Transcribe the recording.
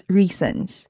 reasons